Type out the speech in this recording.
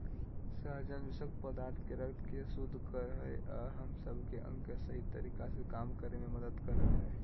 सहजन विशक्त पदार्थ के रक्त के शुद्ध कर हइ अ हम सब के अंग के सही तरीका से काम करे में मदद कर हइ